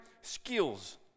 skills